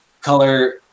color